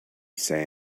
say